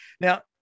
now